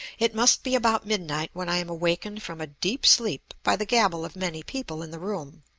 it must be about midnight when i am awakened from a deep sleep by the gabble of many people in the room.